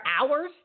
hours